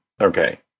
Okay